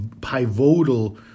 pivotal